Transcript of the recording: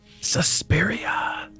Suspiria